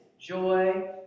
joy